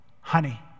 honey